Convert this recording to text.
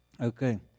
Okay